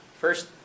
First